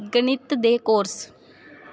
ਗਣਿਤ ਦੇ ਕੋਰਸ